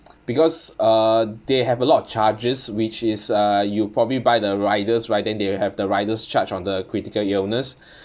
because uh they have a lot of charges which is uh you probably buy the riders right then they will have the riders charge on the critical illness